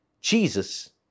Jesus